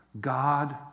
God